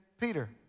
Peter